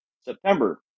September